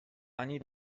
ani